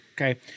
okay